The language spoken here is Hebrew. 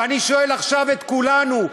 ואני שואל עכשיו את כולנו,